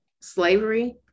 slavery